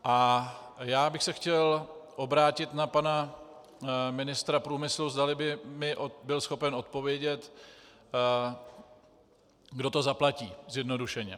A já bych se chtěl obrátit na pana ministra průmyslu, zdali by mi byl schopen odpovědět, kdo to zaplatí, zjednodušeně.